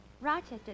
Rochester